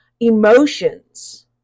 Emotions